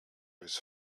his